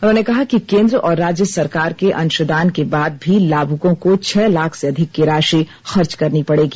उन्होंने कहा कि केंद्र और राज्य सरकार के अंशदान के बाद भी लाभुकों को छह लाख से अधिक की राशि खर्च करनी पड़ेगी